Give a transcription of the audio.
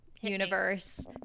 universe